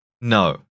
No